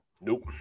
Nope